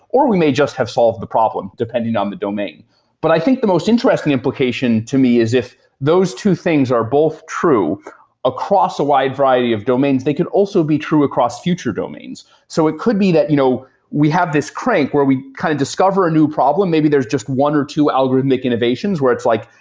or we may just have solved the problem depending on the domain but i think the most interesting implication to me is if those two things are both true across a wide variety of domains, they could also be true across future domains. so it could be that you know we have this crank where we kind of discover a new problem. maybe there's just one or two algorithmic innovations, where it's like,